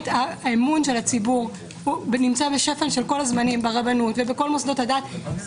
האמון של הציבור ברבנות ובכל מוסדות הדת נמצא בשפל של כל הזמנים.